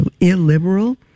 illiberal